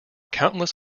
countless